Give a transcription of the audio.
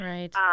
Right